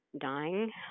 dying